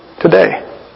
today